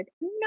no